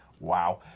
Wow